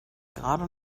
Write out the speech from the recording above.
gerade